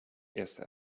erste